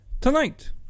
Tonight